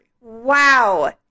Wow